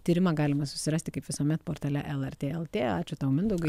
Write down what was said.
tyrimą galima susirasti kaip visuomet portale lrt lt ačiū tau mindaugai